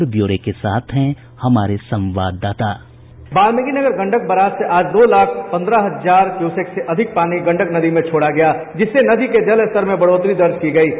और ब्यौरे के साथ हैं हमारे संवाददाता sound bite Valmiki Nagar Gandak barrage से आज दो लाख पंद्रह हजार क्यूसेक से अधिक पानी गंडक नदी में छोड़ा गया जिससे नदी के जलस्तर में बढ़ोतरी दर्ज की गयी है